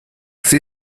sie